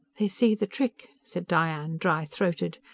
they see the trick, said diane, dry-throated.